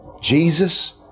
Jesus